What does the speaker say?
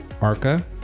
ARCA